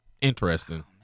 interesting